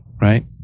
right